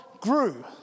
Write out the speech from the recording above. grew